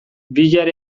bihar